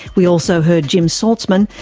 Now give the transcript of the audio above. we also heard jim salzman,